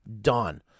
Done